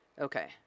Okay